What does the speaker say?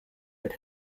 that